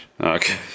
Okay